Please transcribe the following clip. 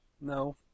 No